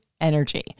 energy